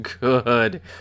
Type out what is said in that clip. good